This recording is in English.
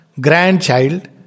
grandchild